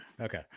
Okay